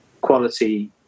quality